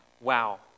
wow